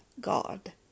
God